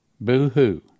Boo-hoo